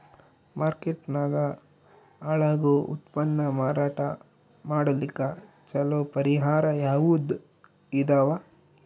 Market ನಾಗ ಹಾಳಾಗೋ ಉತ್ಪನ್ನ ಮಾರಾಟ ಮಾಡಲಿಕ್ಕ ಚಲೋ ಪರಿಹಾರ ಯಾವುದ್ ಇದಾವ?